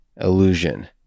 illusion